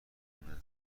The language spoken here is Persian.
خونه